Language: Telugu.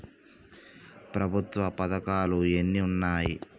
ప్రభుత్వ పథకాలు ఎన్ని ఉన్నాయి?